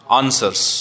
answers